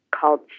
called